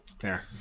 Fair